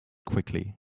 quickly